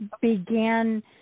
began